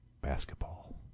basketball